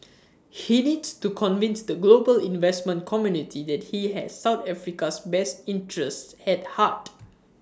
he needs to convince the global investment community that he has south Africa's best interests at heart